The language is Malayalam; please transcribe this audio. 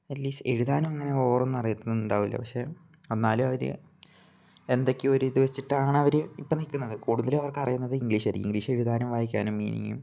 അറ്റ്ലീസ്റ്റെഴ്താനും അങ്ങനെ ഓവറൊന്നും അറിയാത്തൊന്നും ഉണ്ടാവില്ല പക്ഷേ എന്നാലും അവർ എന്തൊക്കെയോ ഒരിത് വെച്ചിട്ടാണവർ ഇപ്പം നിൽക്കുന്നത് കൂടുതലും അവര്ക്ക് അറിയുന്നത് ഇങ്ക്ലീഷാരിക്കും ഇങ്ക്ലീഷെഴ്താനും വായിക്കാനും മീനിങ്ങും